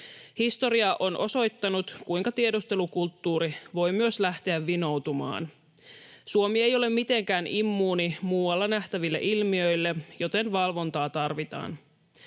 Historia on osoittanut, kuinka tiedustelukulttuuri voi myös lähteä vinoutumaan. Suomi ei ole mitenkään immuuni muualla nähtäville ilmiöille, joten valvontaa tarvitaan.